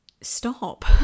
Stop